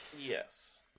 Yes